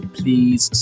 please